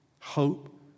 hope